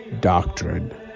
doctrine